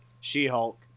She-Hulk